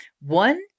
One